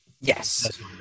Yes